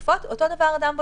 אותו דבר אדם בודד,